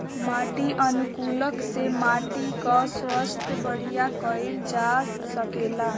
माटी अनुकूलक से माटी कअ स्वास्थ्य बढ़िया कइल जा सकेला